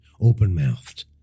open-mouthed